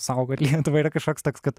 saugot lietuvą yra kažkoks toks kad